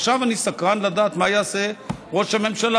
עכשיו אני סקרן לדעת מה יעשה ראש הממשלה,